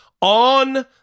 On